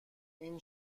این